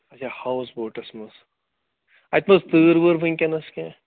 اچھا ہاوُس بوٹَس منٛز اَتہِ مہ حظ تۭر وۭر وٕنۍکٮ۪نَس کیٚنہہ